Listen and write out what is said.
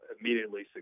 immediately